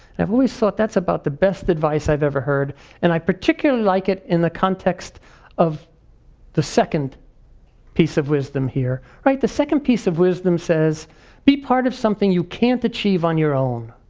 i've always thought that's about the best advice i've ever heard and i particularly like it in the context of the second piece of wisdom here. the second piece of wisdom says be part of something you can't achieve on your own.